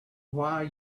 why